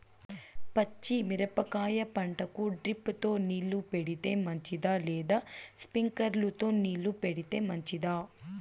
పచ్చి మిరపకాయ పంటకు డ్రిప్ తో నీళ్లు పెడితే మంచిదా లేదా స్ప్రింక్లర్లు తో నీళ్లు పెడితే మంచిదా?